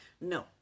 No